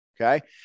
Okay